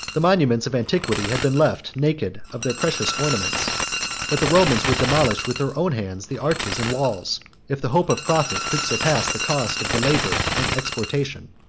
the monuments of antiquity had been left naked of their precious ornaments but the romans would demolish with their own hands the arches and walls, if the hope of profit could surpass the cost of the labor and exportation.